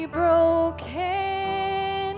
broken